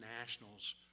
nationals